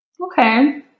Okay